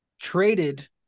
traded